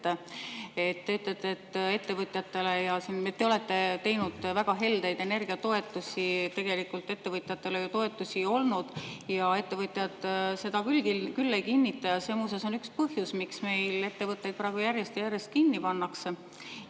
te olete teinud väga heldeid energiatoetusi. Tegelikult ettevõtjatele ju toetusi ei olnud ja ettevõtjad seda [juttu] küll ei kinnita. See on muuseas üks põhjus, miks meil ettevõtteid praegu järjest ja järjest kinni pannakse.